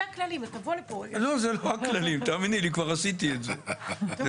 החלפתי כאן ברגע זה.